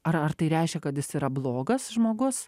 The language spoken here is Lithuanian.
ar ar tai reiškia kad jis yra blogas žmogus